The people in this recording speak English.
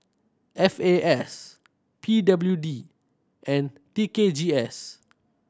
F A S P W D and T K G S